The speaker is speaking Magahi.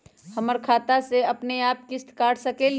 हमर खाता से अपनेआप किस्त काट सकेली?